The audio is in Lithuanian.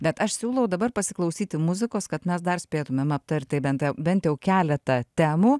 bet aš siūlau dabar pasiklausyti muzikos kad mes dar spėtumėm aptarti bent bent jau keletą temų